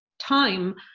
time